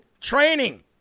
training